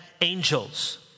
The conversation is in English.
angels